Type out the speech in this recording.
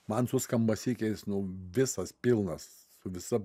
man suskamba sykiais nu visas pilnas su visa